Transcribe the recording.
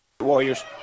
Warriors